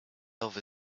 over